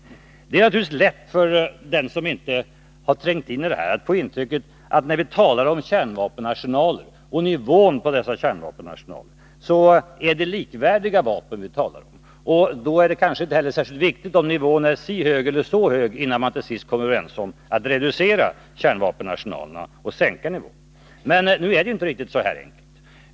Det är naturligtvis lätt för den som inte har trängt in i det här att få intrycket att när vi talar om kärnvapenarsenaler och nivån på dessa kärnvapenarsenaler, då är det likvärdiga vapen som vi talar om. Och att det kanske inte heller är särskilt viktigt om nivån är så eller så hög innan man till sist kommer överens om att reducera kärnvapenarsenalerna och sänka nivån. Men nu är det inte riktigt så enkelt.